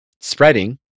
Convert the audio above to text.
spreading